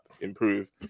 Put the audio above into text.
improve